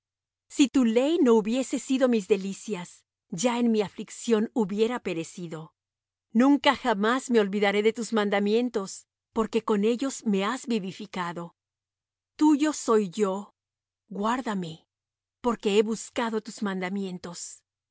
si tu ley no hubiese sido mis delicias ya en mi aflicción hubiera perecido nunca jamás me olvidaré de tus mandamientos porque con ellos me has vivificado tuyo soy yo guárdame porque he buscado tus mandamientos los